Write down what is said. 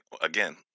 again